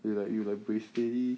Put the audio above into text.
you like you like buay steady